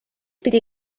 pidi